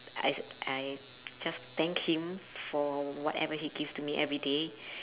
I I just thank him for whatever he gives to me everyday